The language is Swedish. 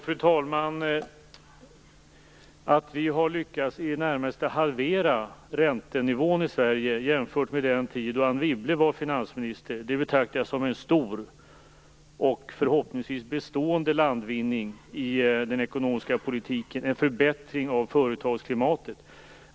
Fru talman! Att vi har lyckats att i det närmaste halvera räntenivån jämfört med hur den var under den tid då Anne Wibble var finansminister betraktar jag som en stor och förhoppningsvis bestående landvinning i den ekonomiska politiken. Det innebär en förbättring av företagsklimatet.